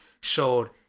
showed